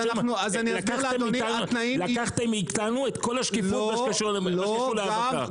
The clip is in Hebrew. לקחתם מאיתנו את כל השקיפות במה שקשור להאבקה.